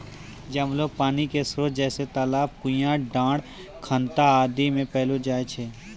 जमलो पानी क स्रोत जैसें तालाब, कुण्यां, डाँड़, खनता आदि म पैलो जाय छै